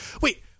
Wait